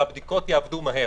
והבדיקות יעבדו מהר